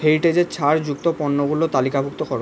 হেরিটেজের ছাড়যুক্ত পণ্যগুলো তালিকাভুক্ত করো